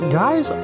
guys